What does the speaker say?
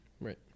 Right